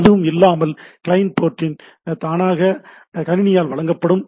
எதுவும் இல்லை என்றால் கிளையண்டின் போர்ட் தானாக கணினியால் வழங்கப்படுகிறது